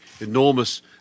enormous